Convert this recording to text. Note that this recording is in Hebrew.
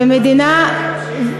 שכל חברי הממשלה יקשיבו,